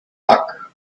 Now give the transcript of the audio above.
luck